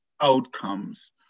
outcomes